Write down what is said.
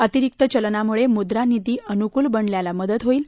अतिरिक्त चलनामुळे मुद्रा नीती अनुकूल बनण्याला मदत होईल